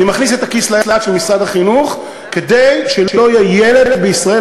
אני מכניס את היד לכיס של משרד החינוך כדי שלא יהיה ילד בישראל,